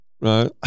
right